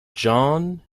jean